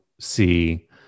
see